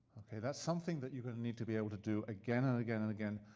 that's something that you're gonna need to be able to do again and again and again.